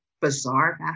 bizarre